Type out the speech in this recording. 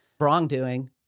wrongdoing